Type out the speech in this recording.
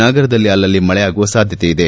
ನಗರದಲ್ಲಿ ಅಲ್ಲಲ್ಲಿ ಮಳೆಯಾಗುವ ಸಾಧ್ಯತೆವಿದೆ